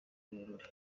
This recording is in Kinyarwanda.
rurerure